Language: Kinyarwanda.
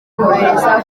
kumwohereza